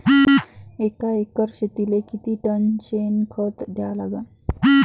एका एकर शेतीले किती टन शेन खत द्या लागन?